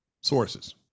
sources